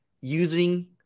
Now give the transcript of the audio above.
using